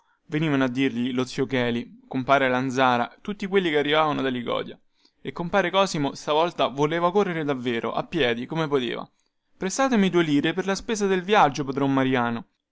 venivano a dirgli lo zio cheli compare lanzara tutti quelli che arrivavano da licodia e compare cosimo stavolta voleva correre davvero a piedi come poteva prestatemi due lire per la spesa del viaggio padron mariano